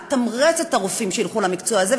לתמרץ את הרופאים שילכו למקצוע הזה.